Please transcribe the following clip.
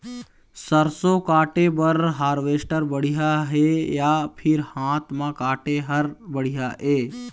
सरसों काटे बर हारवेस्टर बढ़िया हे या फिर हाथ म काटे हर बढ़िया ये?